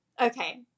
Okay